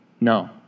No